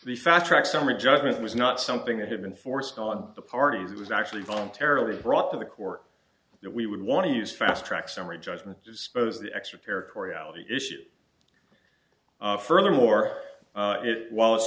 the fast track summary judgment was not something that had been forced on the parties it was actually voluntarily brought to the court that we would want to use fast track summary judgment dispose the extraterritoriality issue furthermore while it's